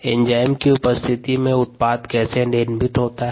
enzyme की उपस्थिति में उत्पाद कैसे निर्मित होता है